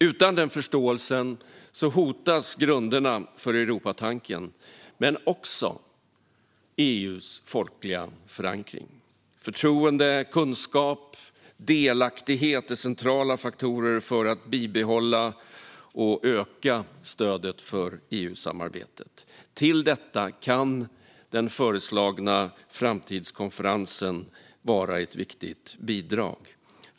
Utan denna förståelse hotas grunderna för Europatanken men också EU:s folkliga förankring. Förtroende, kunskap och delaktighet är centrala faktorer för att bibehålla och öka stödet för EU-samarbetet. Till detta kan den föreslagna framtidskonferensen vara ett viktigt bidrag.